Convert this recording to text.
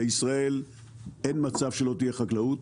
בישראל אין מצב שלא תהיה חקלאות,